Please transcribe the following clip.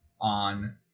on